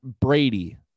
Brady